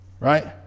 Right